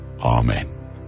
Amen